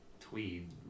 tweed